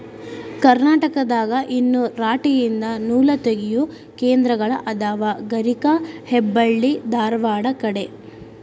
ಕರ್ನಾಟಕದಾಗ ಇನ್ನು ರಾಟಿ ಯಿಂದ ನೂಲತಗಿಯು ಕೇಂದ್ರಗಳ ಅದಾವ ಗರಗಾ ಹೆಬ್ಬಳ್ಳಿ ಧಾರವಾಡ ಕಡೆ